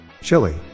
Chili